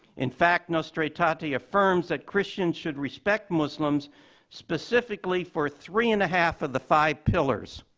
in fact, nostra aetate affirms that christians should respect muslims specifically for three and a half of the five pillars,